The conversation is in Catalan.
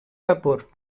vapor